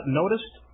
noticed